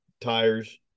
tires